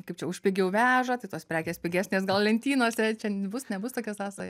kaip čia už pigiau veža tai tos prekės pigesnės gal lentynose čia bus nebus tokia sąsaja